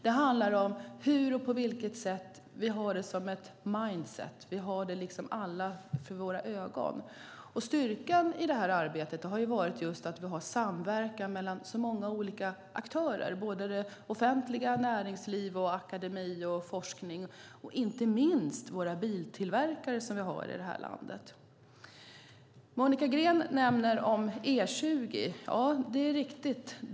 Det handlar om hur och på vilket sätt vi har det som ett mindset. Vi har det alla för våra ögon. Styrkan i arbetet har varit just att vi har samverkat mellan så många olika aktörer. Det har varit det offentliga, näringsliv, akademi och forskning. Det gäller inte minst våra biltillverkare som vi har i detta land. Monica Green nämner E20. Det är riktigt.